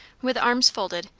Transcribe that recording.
with arms folded,